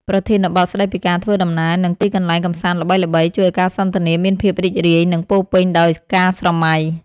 ប្រធានបទស្ដីពីការធ្វើដំណើរ និងទីកន្លែងកម្សាន្តល្បីៗ ជួយឱ្យការសន្ទនាមានភាពរីករាយ និងពោរពេញដោយការស្រមៃ។